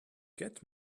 get